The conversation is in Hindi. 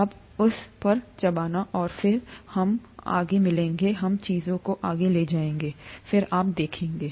तुम उस पर चबाना और फिर हम जब हम आगे मिलेंगे हम चीजों को आगे ले जाएंगे फिर आप देखेंगे